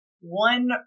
one